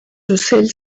ocells